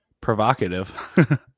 provocative